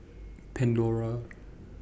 Pandora